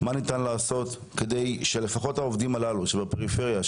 - מה ניתן לעשות כדי שלפחות העובדים הללו שבפריפריה,